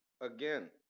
again